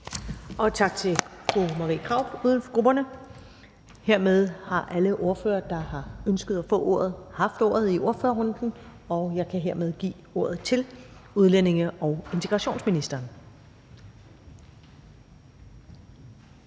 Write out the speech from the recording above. Tak til fru Marie Krarup, uden for grupperne. Så har alle ordførere, der har ønsket at få ordet, haft ordet i ordførerrunden, og jeg kan hermed give ordet til udlændinge- og integrationsministeren.